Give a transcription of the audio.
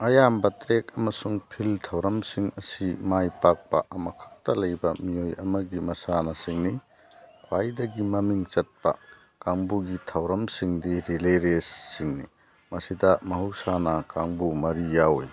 ꯑꯌꯥꯝꯕ ꯇ꯭ꯔꯦꯛ ꯑꯃꯁꯨꯡ ꯐꯤꯜ ꯊꯧꯔꯝꯁꯤꯡ ꯑꯁꯤ ꯃꯥꯏ ꯄꯥꯛꯄ ꯑꯃ ꯈꯛꯇ ꯂꯩꯕ ꯃꯤꯑꯣꯏ ꯑꯃꯒꯤ ꯃꯁꯥ ꯃꯁꯤꯡꯅꯤ ꯈ꯭ꯋꯥꯏꯗꯒꯤ ꯃꯃꯤꯡ ꯆꯠꯄ ꯀꯥꯡꯕꯨꯒꯤ ꯊꯧꯔꯝꯁꯤꯡꯗꯤ ꯔꯤꯂꯦ ꯔꯦꯖꯁꯤꯡꯅꯤ ꯃꯁꯤꯗ ꯃꯍꯧꯁꯥꯅ ꯀꯥꯡꯕꯨ ꯃꯔꯤ ꯌꯥꯎꯏ